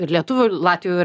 ir lietuvių latvių ir